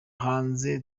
hanze